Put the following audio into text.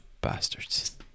Bastards